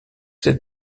cette